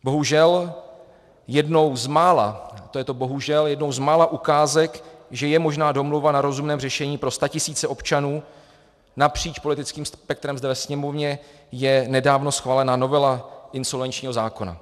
Bohužel, jednou z mála, to je to bohužel, jednou z mála ukázek, že je možná domluva na rozumném řešení pro statisíce občanů napříč politickým spektrem zde ve Sněmovně, je nedávno schválená novela insolvenčního zákona.